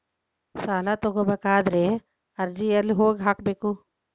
ಸಾಲ ತಗೋಬೇಕಾದ್ರೆ ಅರ್ಜಿ ಎಲ್ಲಿ ಹೋಗಿ ಹಾಕಬೇಕು?